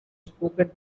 spoken